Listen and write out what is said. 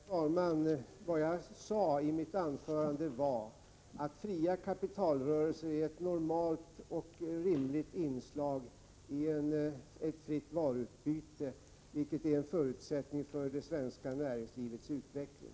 Herr talman! Vad jag sade i mitt anförande var att fria kapitalrörelser är ett normalt och rimligt inslag i ett fritt varuutbyte, vilket är en förutsättning för det svenska näringslivets utveckling.